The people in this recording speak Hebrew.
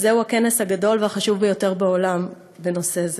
וזהו הכנס הגדול והחשוב ביותר בעולם בנושא זה.